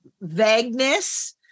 vagueness